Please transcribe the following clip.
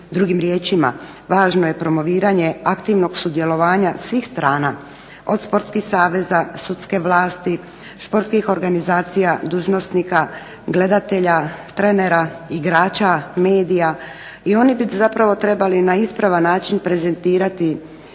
Drugim riječima važno je promoviranje aktivnog sudjelovanja svih strana od sportskih saveza, sudske vlasti, športskih organizacija, dužnosnika, gledatelja, trenera, igrača, medija. I oni bi zapravo trebali na ispravan način prezentirati